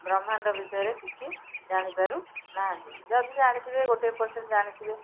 ବ୍ରହ୍ମାଣ୍ଡ ବିଷୟରେ କିଛି ଜାଣିପାରୁନାହାନ୍ତି ଯଦି ଜାଣିଥିବେ ଗୋଟେ ପର୍ସେଣ୍ଟ ଜାଣିଥିବେ